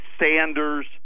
Sanders